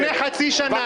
לפני חצי שנה,